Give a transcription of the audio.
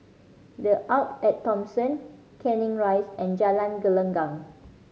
The Arte At Thomson Canning Rise and Jalan Gelenggang